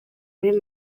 muri